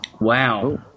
Wow